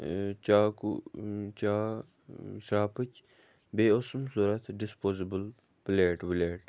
چاکوٗ چا شرٛاپٕچ بیٚیہِ اوسُم ضوٚرَتھ ڈِسپوزِبٕل پٕلیٹ وٕلیٹ